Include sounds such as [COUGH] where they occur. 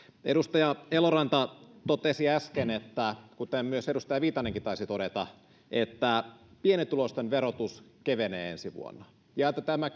edustaja eloranta totesi äsken kuten edustaja viitanenkin taisi todeta että pienituloisten verotus kevenee ensi vuonna ja että tämä [UNINTELLIGIBLE]